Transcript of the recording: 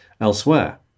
Elsewhere